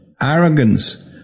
arrogance